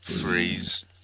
freeze